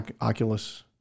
Oculus